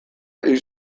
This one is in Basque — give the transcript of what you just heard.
hil